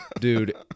Dude